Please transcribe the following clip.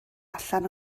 allan